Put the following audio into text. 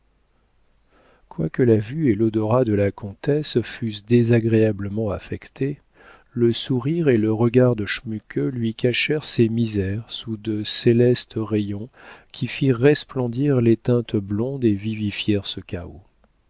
houx quoique la vue et l'odorat de la comtesse fussent désagréablement affectés le sourire et le regard de schmuke lui cachèrent ces misères sous de célestes rayons qui firent resplendir les teintes blondes et vivifièrent ce chaos